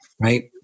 Right